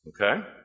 Okay